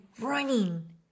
running